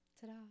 Ta-da